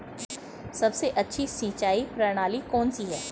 सबसे अच्छी सिंचाई प्रणाली कौन सी है?